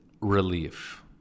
relief